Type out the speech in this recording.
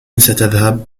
ستذهب